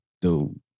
dude